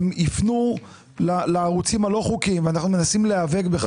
הם יפנו לערוצים הלא חוקיים ובכך אנחנו מנסים להיאבק.